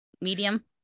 medium